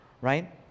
right